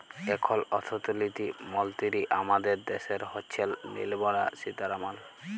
এখল অথ্থলিতি মলতিরি আমাদের দ্যাশের হচ্ছেল লির্মলা সীতারামাল